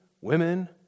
women